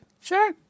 Sure